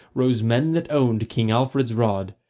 rose men that owned king alfred's rod,